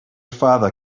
father